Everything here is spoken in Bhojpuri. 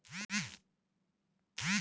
कै तरह के माटी होला भाय पहिले इ बतावा?